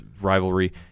rivalry